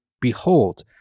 behold